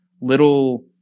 little